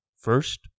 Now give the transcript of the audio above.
First